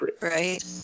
Right